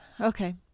okay